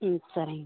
ம் சரிங்க